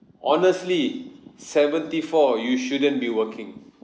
honestly seventy four you shouldn't be working